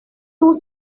tous